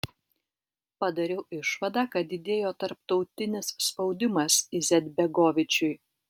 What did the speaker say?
padariau išvadą kad didėjo tarptautinis spaudimas izetbegovičiui